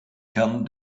kern